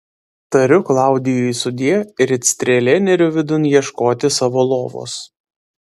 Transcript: tariu klaudijui sudie ir it strėlė neriu vidun ieškoti savo lovos